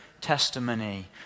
testimony